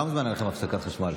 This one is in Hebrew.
כמה זמן הייתה לכם הפסקת חשמל?